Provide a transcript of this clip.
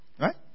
Right